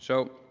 so